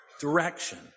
direction